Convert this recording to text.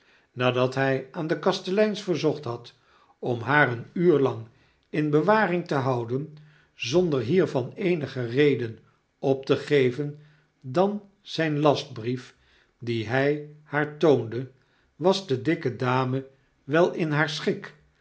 volgde nadathy aan de kasteleines verzocht had om haar een uur lang in bswaring te houden zonder hiervan eenige reden op tegevendanzynlastbrief dien hy haar toonde was de dikke dame wel in haar schik